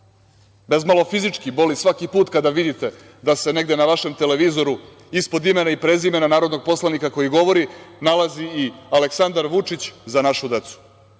bezmalo fizički boli, svaki put kada vidite da se negde na vašem televizoru ispod imena i prezimena narodnog poslanika koji govori nalazi i „Aleksandar Vučić – Za našu decu“.